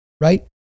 right